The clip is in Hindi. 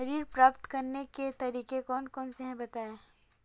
ऋण प्राप्त करने के तरीके कौन कौन से हैं बताएँ?